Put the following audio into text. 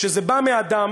כשזה בא מאדם,